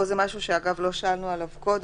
יש פה משהו שלא שאלנו עליו קודם,